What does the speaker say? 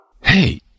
Hey